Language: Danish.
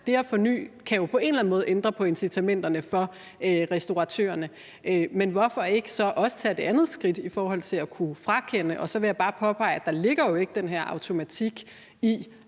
det at forny jo på en eller anden måde kan ændre på incitamenterne for restauratørerne, men hvorfor så ikke også tage det andet skridt i forhold til at kunne frakende den? Og så vil jeg bare påpege, at der jo ikke ligger den her automatik i